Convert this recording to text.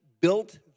built